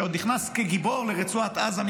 שעוד נכנס כגיבור לרצועת עזה,